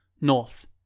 North